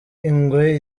ingwe